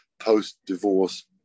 post-divorce